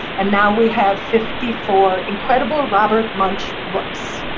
and now we have fifty four incredible robert munsch books.